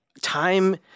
time